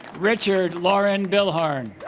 richard lorin bilhorn